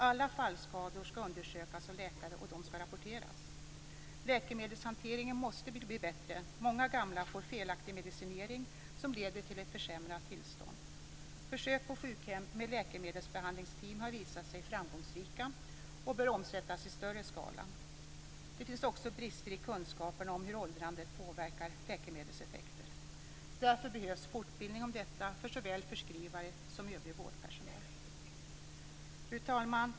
Alla fallskador skall undersökas av läkare, och de skall rapporteras. Läkemedelshanteringen måste bli bättre. Många gamla får felaktig medicinering, som leder till ett försämrat tillstånd. Försök på sjukhem med läkemedelsbehandlingsteam har visat sig framgångsrika och bör omsättas i större skala. Det finns också brister i kunskaperna om hur åldrandet påverkar läkemedelseffekter. Därför behövs fortbildning om detta för såväl förskrivare som övrig vårdpersonal. Fru talman!